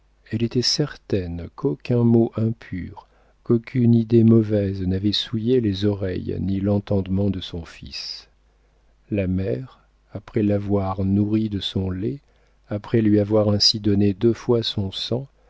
elle était certaine qu'aucun mot impur qu'aucune idée mauvaise n'avaient souillé les oreilles ni l'entendement de son fils la mère après l'avoir nourri de son lait après lui avoir ainsi donné deux fois son sang